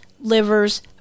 livers